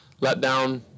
letdown